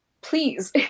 please